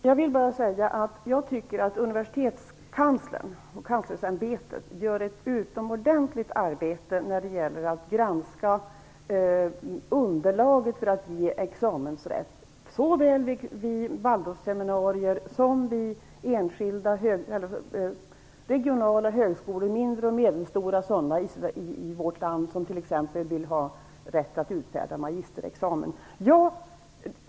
Herr talman! Jag vill bara säga att jag tycker att Universitetskanslern och Kanslersämbetet gör ett utomordentligt arbete när det gäller att granska underlaget för att ge examensrätt. Det gäller såväl vid Waldorfseminarier som vid enskilda regionala högskolor, mindre och medelstora, i vårt land som exempelvis vill ha rätt att utfärda magisterexamen.